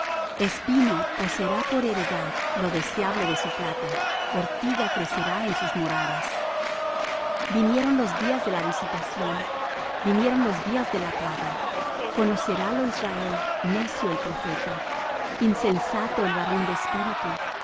espino poseerá por heredad lo deseable de su plata ortiga crecerá en sus moradas vinieron los días de la visitación vinieron los días de la paga conocerálo israel necio el profeta insensato el varón de espíritu